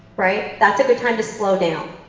right? that's a good time to slow down.